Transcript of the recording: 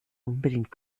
unbedingt